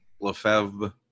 Lefebvre